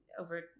over